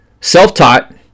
self-taught